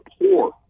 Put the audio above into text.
poor